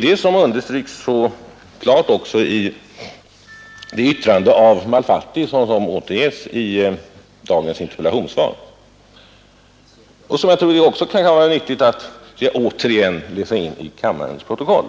Detta understryks klart även i det yttrande av Malfatti som återges i dagens interpellationssvar och som jag tror det kan vara viktigt att jag återigen läser in i kammarens protokoll,